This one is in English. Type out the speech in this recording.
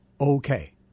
okay